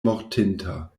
mortinta